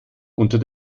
unter